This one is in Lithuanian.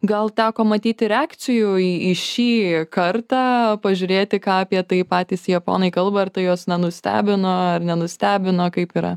gal teko matyti reakcijų į į šį kartą pažiūrėti ką apie tai patys japonai kalba ar tai juos na nustebino ar nenustebino kaip yra